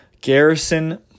Garrison